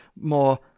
more